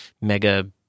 mega